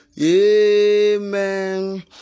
Amen